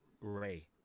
Ray